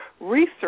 research